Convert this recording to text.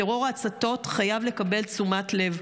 טרור ההצתות חייב לקבל תשומת לב.